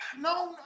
no